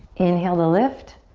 inhale to lift.